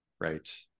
Right